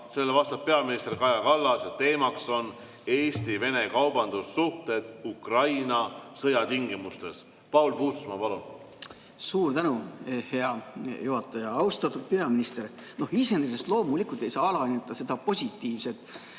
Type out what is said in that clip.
Sellele vastab peaminister Kaja Kallas, teemaks on Eesti-Vene kaubandussuhted Ukraina sõja tingimustes. Paul Puustusmaa, palun! Suur tänu, hea juhataja! Austatud peaminister! Iseenesest loomulikult ei saa alahinnata seda positiivset